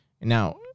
Now